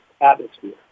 atmosphere